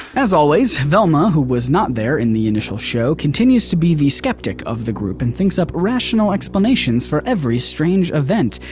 as always, velma who was not there in the initial show, continues to be the skeptic of the group and thinks up rational explanations for every strange event.